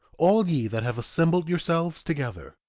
all ye that have assembled yourselves together,